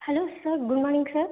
hello sir good morning sir